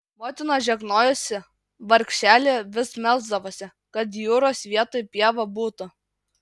motina žegnojosi vargšelė vis melsdavosi kad jūros vietoj pieva būtų